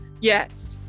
Yes